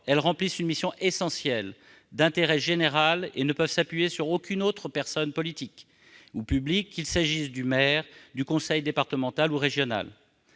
elles remplissent une mission essentielle d'intérêt général et ne peuvent s'appuyer sur aucune autre personne publique, qu'il s'agisse du maire, du conseil départemental ou du conseil